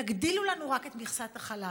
תגדילו לנו רק את מכסת החלב,